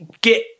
get